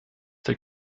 der